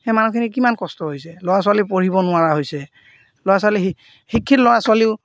সেই মানুহখিনি কিমান কষ্ট হৈছে ল'ৰা ছোৱালী পঢ়িব নোৱাৰা হৈছে ল'ৰা ছোৱালী শি শিক্ষিত ল'ৰা ছোৱালীও